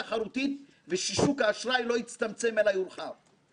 אך לא מעיני הכנסת כרשות המפקחת על המפקחים.